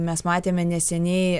mes matėme neseniai